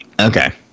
Okay